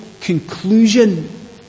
conclusion